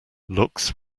looks